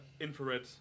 infrared